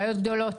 בעיות גדולות,